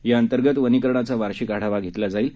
याअंतर्गत वनीकरणाचा वार्षिक आढावा घेतला जाईल